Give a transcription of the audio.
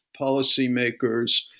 policymakers